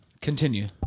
Continue